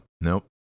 nope